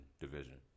division